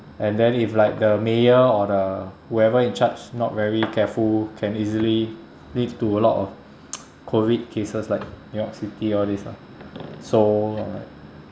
and then if like the mayor or the whoever in charge not very careful can easily lead to a lot of COVID cases like new york city all this lah so like